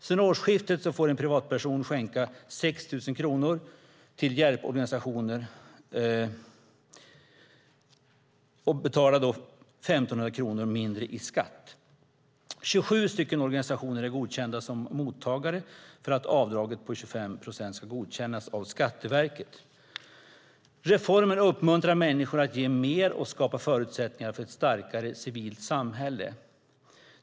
Sedan årsskiftet får en privatperson som skänker 6 000 kronor till hjälporganisationer betala 1 500 kronor mindre i skatt. 27 organisationer är godkända som mottagare för att avdraget på 25 procent ska godkännas av Skatteverket. Reformen uppmuntrar människor att ge mer och skapar förutsättningar för ett starkare civilt samhälle.